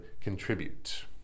contribute